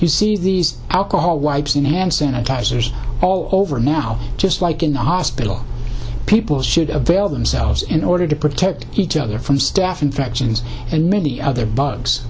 you see these alcohol wipes and hand sanitizers all over now just like in the hospital people should of failed themselves in order to protect each other from staph infections and many other bugs